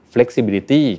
Flexibility